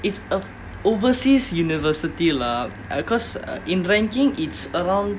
it's a overseas university lah because uh in ranking it's around